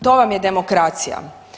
To vam je demokracija.